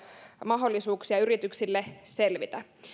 mahdollisuuksia selvitä